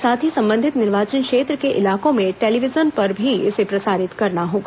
साथ ही संबंधित निर्वाचन क्षेत्र के इलाकों में टेलीविजन पर भी इसे प्रसारित करना होगा